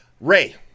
Ray